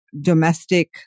domestic